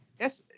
Yes